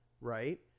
right